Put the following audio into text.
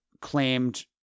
claimed